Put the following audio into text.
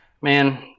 man